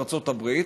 בארצות הברית.